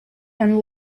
and